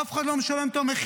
אף אחד לא משלם את המחיר,